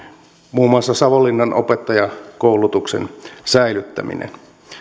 muun muassa savonlinnan opettajakoulutuksen säilyttäminen